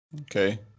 okay